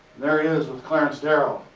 there is with clarence darrow,